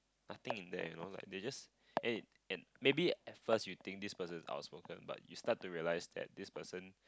nothing in there you know like they just eh and maybe at first you think this person is outspoken but you start to realize that this person